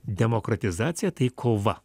demokratizacija tai kova